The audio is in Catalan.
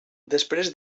després